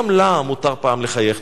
גם לה מותר פעם לחייך.